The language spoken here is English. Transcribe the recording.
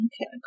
okay